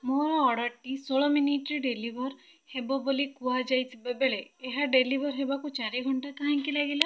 ମୋର ଅର୍ଡ଼ର୍ଟି ଷୋହଳ ମିନିଟ୍ରେ ଡେଲିଭର୍ ହେବ ବୋଲି କୁହାଯାଇଥିବାବେଳେ ଏହା ଡେଲିଭର୍ ହେବାକୁ ଚାରି ଘଣ୍ଟା କାହିଁକି ଲାଗିଲା